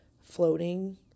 floating